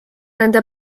nende